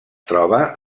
troba